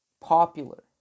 popular